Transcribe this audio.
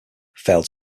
failed